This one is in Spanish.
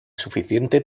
suficiente